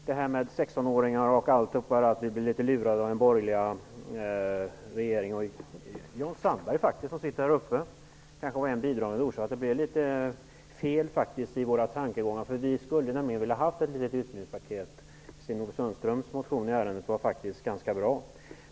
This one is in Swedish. Herr talman! Jag återkommer till frågan om 16 åringarna och detta med att vi blev litet lurade av den borgerliga regeringen. Jan Sandberg, som sitter här i kammaren just nu, var kanske en bidragande orsak till att det faktiskt blev litet fel i våra tankegångar. Vi hade nämligen velat ha ett utbildningspaket. Sten-Ove Sundströms motion i ärendet är faktiskt ganska bra.